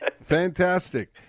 Fantastic